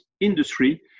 industry